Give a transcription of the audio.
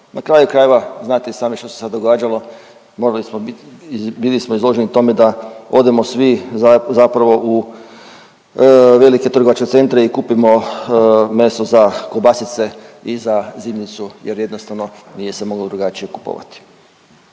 Na kraju krajeva znate i sami što se sad događalo, mogli smo bit i bili smo izloženi tome da odemo svi zapravo u velike trgovačke centre i kupimo meso za kobasice i za zimnicu jer jednostavno nije se moglo drugačije kupovati.